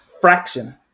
fraction